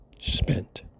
spent